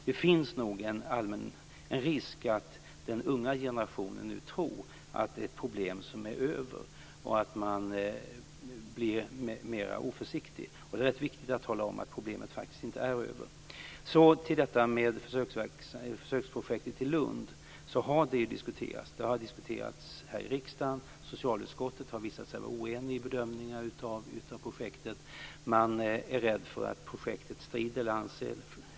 Det finns nog en risk att den unga generationen nu tror att det är ett problem som är över och att man blir mera oförsiktig. Det är rätt viktigt att tala om att problemet faktiskt inte är över. Så till försöksprojektet i Lund. Det har diskuterats här i riksdagen. Socialutskottet har visat sig vara oenigt i bedömningen av just detta projekt.